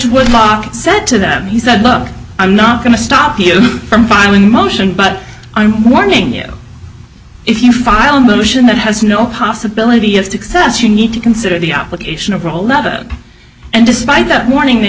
would mock said to them he said look i'm not going to stop you from filing a motion but i'm warning you if you file a motion that has no possibility of success you need to consider the application of a whole nother and despite that morning they